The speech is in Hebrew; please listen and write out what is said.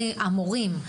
המורים,